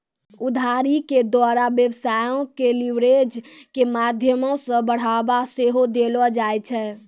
उधारी के द्वारा व्यवसायो के लीवरेज के माध्यमो से बढ़ाबा सेहो देलो जाय छै